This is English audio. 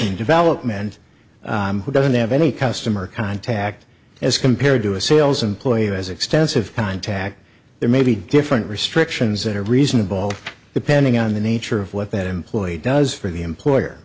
and development who doesn't have any customer contact as compared to a sales employer as extensive contact there may be different restrictions that are reasonable depending on the nature of what that employee does for the employer